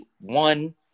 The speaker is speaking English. one